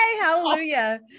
Hallelujah